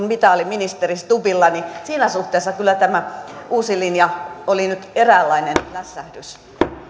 mitä oli ministeri stubbilla siinä suhteessa kyllä tämä uusi linja oli nyt eräänlainen lässähdys